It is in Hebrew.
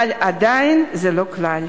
אבל עדיין זה לא הכלל.